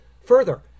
Further